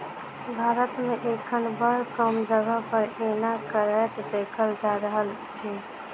भारत मे एखन बड़ कम जगह पर एना करैत देखल जा रहल अछि